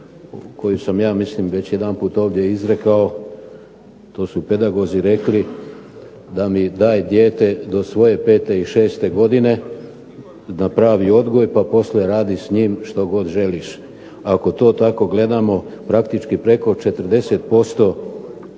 koju sam ja mislim već jedanput ovdje izrekao to su pedagozi rekli, da mi daj dijete do svoje 5 i 6 godine na pravi odgoj pa poslije radi s njim što god želiš. Ako to tako gledamo praktički preko 40%